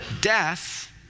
death